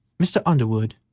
mr. underwood,